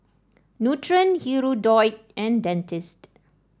Nutren Hirudoid and Dentiste